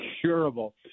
curable